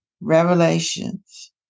Revelations